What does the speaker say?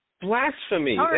Blasphemy